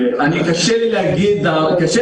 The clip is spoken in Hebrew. קשה לי להעריך.